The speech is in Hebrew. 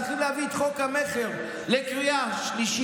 צריכים להביא את חוק המכר לקריאה שלישית,